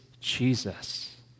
Jesus